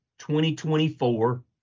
2024